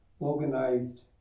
organized